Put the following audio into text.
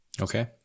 Okay